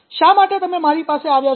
શા માટે તમે મારી પાસે આવ્યા છો